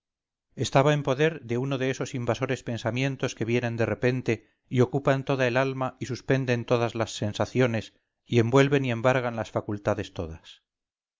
estaba en poder de uno de esos invasores pensamientos que vienen de repentey ocupan toda el alma y suspenden todas las sensaciones y envuelven y embargan las facultades todas